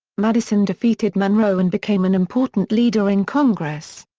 madison defeated monroe and became an important leader in congress.